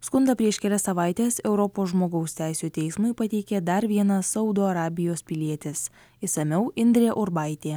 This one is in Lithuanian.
skundą prieš kelias savaites europos žmogaus teisių teismui pateikė dar vienas saudo arabijos pilietis išsamiau indrė urbaitė